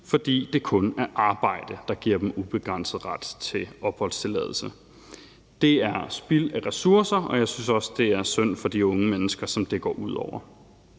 fordi det kun er arbejde, der giver dem ubegrænset ret til opholdstilladelse. Det er spild af ressourcer, og jeg synes også, det er synd for de unge mennesker, som det går ud over.